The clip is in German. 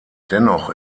dennoch